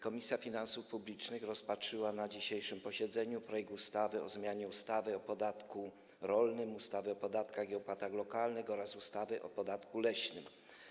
Komisja Finansów Publicznych rozpatrzyła na dzisiejszym posiedzeniu projekt ustawy o zmianie ustawy o podatku rolnym, ustawy o podatkach i opłatach lokalnych oraz ustawy o podatku leśnym.